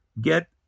get